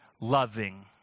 loving